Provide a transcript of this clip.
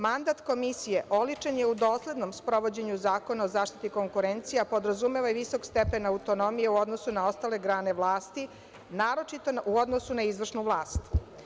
Mandat Komisije oličen je u doslednom sprovođenju Zakona o zaštiti konkurencija, a podrazumeva i visok stepen autonomije u odnosu na ostale grane vlasti, naročito u odnosu na izvršnu vlast.